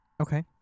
Okay